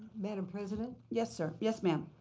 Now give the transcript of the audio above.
madam president? yes, sir yes, ma'am.